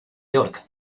york